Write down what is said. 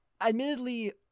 admittedly